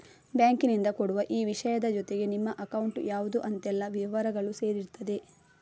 ಬ್ಯಾಂಕಿನಿಂದ ಕೊಡುವ ಈ ವಿಷಯದ ಜೊತೆಗೆ ನಿಮ್ಮ ಅಕೌಂಟ್ ಯಾವ್ದು ಅಂತೆಲ್ಲ ವಿವರಗಳೂ ಸೇರಿರ್ತದೆ